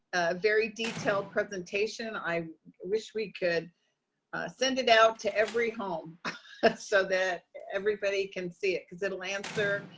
very detailed presentation. i wish we could send it out to every home so that everybody can see it because it'll answer,